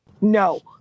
No